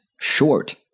short